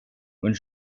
und